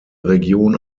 region